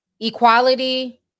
Equality